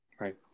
Right